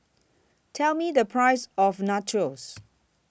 Tell Me The Price of Nachos